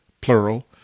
plural